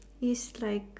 is like